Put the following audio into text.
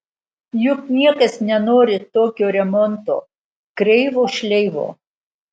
juk niekas nenori tokio remonto kreivo šleivo